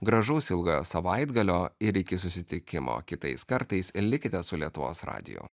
gražaus ilgojo savaitgalio ir iki susitikimo kitais kartais likite su lietuvos radiju